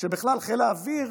שבכלל חיל האוויר